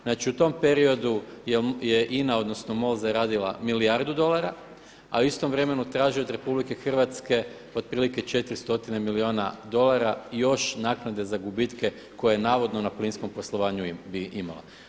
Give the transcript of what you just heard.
Znači u tom periodu je INA, odnosno MOL zaradila milijardu dolara a u istom vremenu traži od RH otprilike 4 stotine milijuna dolara još naknade za gubitke koje je navodno na plinskom poslovanju imala.